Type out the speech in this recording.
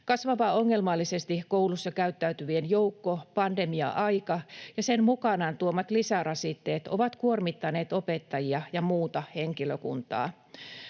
Kasvava ongelmallisesti koulussa käyttäytyvien joukko sekä pandemia-aika ja sen mukanaan tuomat lisärasitteet ovat kuormittaneet opettajia ja muuta henkilökuntaa.